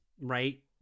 right